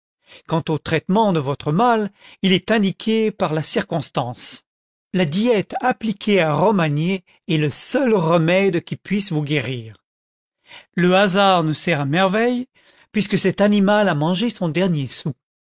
quant au traitement de votre mal il est indiqué par la circonstance la diète appliquée à romagné est le seul remède qui vous puisse guérir le hasard nous sert à merveille puisque cet animal a mangé son dernier sou